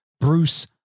Bruce